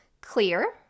clear